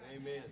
Amen